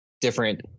different